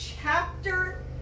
chapter